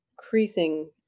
increasing